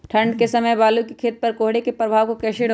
ठंढ के समय आलू के खेत पर कोहरे के प्रभाव को कैसे रोके?